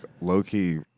low-key